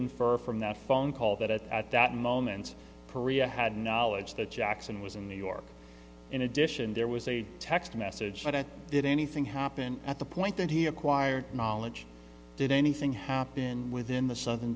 infer from that phone call that at that moment perea had knowledge that jackson was in new york in addition there was a text message but it did anything happen at the point that he acquired knowledge did anything happen within the southern